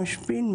משפיל,